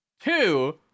Two